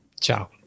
Ciao